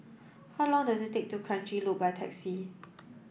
how long does it take to Kranji Loop by taxi